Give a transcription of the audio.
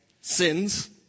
sins